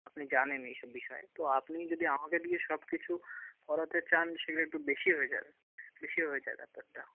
আপনি জানেন এই সব বিষয়ে তো আপনি যদি আমাকে দিয়ে সব কিছু করাতে চান সেটা একটু বেশি হয়ে যাবে বেশি হয়ে স্যার ব্যাপারটা